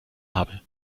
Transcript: habe